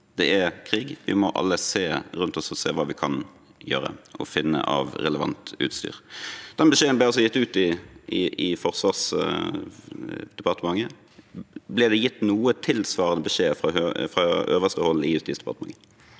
Det er krig, vi må alle se rundt oss og se hva vi kan gjøre og finne av relevant utstyr. Den beskjeden ble altså gitt ut i Forsvarsdepartementet. Ble det gitt noen tilsvarende beskjed fra øverste hold i Justisdepartementet?